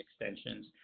extensions